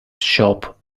shop